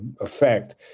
effect